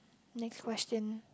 next question